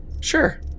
Sure